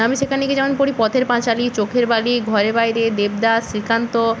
আমি সেখানে গিয়ে যেমন পড়ি পথের পাঁচালী চোখের বালি ঘরে বাইরে দেবদাস শ্রীকান্ত